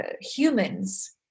humans